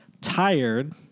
tired